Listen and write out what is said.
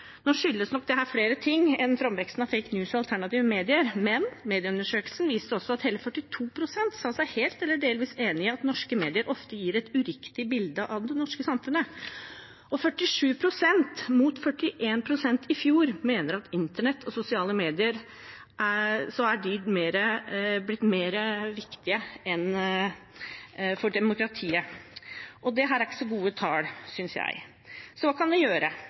Nå skyldes nok dette flere ting enn framveksten av «fake news» og alternative medier, men Medieundersøkelsen fortalte også at hele 42 pst. sa seg helt eller delvis enig i at norske medier ofte gir et uriktig bilde av det norske samfunnet. Og 47 pst. i år mot 41 pst. i fjor mener at med internett og sosiale medier er de tradisjonelle mediene blitt mindre viktige for demokratiet. Dette er ikke så gode tall, synes jeg. Så hva kan vi gjøre?